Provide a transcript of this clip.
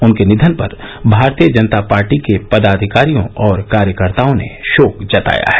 उनके निधन पर भारतीय जनता पार्टी के पदाधिकारियों और कार्यकर्ताओं ने शोक जताया है